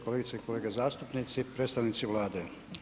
Kolegice i kolege zastupnici, predstavnici Vlade.